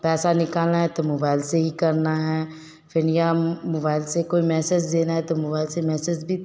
पैसा निकलना है तो मोबाइल से ही करना है फिर या मोबाइल से कोई मेसेज देना है तो मोबाइल से मेसेज भी